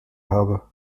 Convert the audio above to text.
habe